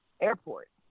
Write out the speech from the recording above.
airport